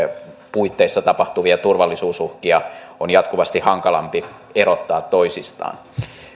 puitteissa tapahtuvia turvallisuusuhkia on jatkuvasti hankalampi erottaa toisistaan